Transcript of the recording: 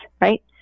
right